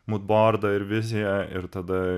mūdbordą ir viziją ir tada